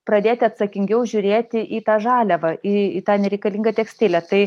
pradėti atsakingiau žiūrėti į tą žaliavą į į tą nereikalingą tekstilę tai